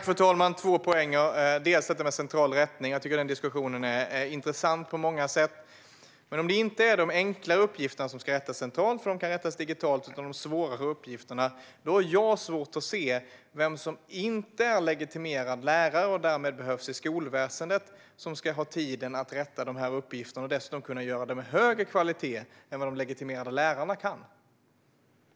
Fru talman! Diskussionen om central rättning är intressant på många sätt. Men om det inte är de enkla uppgifterna som ska rättas centralt för att de kan rättas digitalt utan de svårare uppgifterna har jag svårt att se vem som inte är legitimerad lärare och därmed behövs i skolväsendet som ska ha tid att rätta dessa uppgifter och dessutom kunna göra det med högre kvalitet än vad de legitimerade lärarna kan.